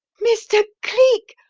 mr. cleek!